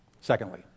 Secondly